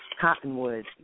Cottonwood